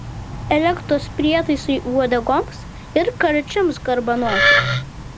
elektros prietaisai uodegoms ir karčiams garbanoti